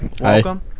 Welcome